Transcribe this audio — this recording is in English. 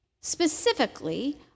Specifically